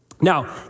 Now